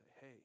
Hey